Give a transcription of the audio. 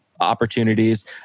Opportunities